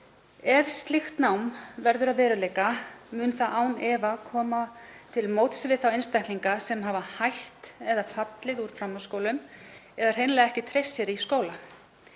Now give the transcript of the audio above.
Ef slíkt nám verður að veruleika mun það án efa koma til móts við þá einstaklinga sem hafa hætt eða fallið úr framhaldsskólum eða hreinlega ekki treyst sér í skóla.